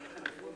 הסדרי